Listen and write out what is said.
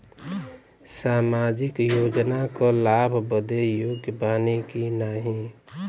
सामाजिक योजना क लाभ बदे योग्य बानी की नाही?